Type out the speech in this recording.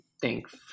Thanks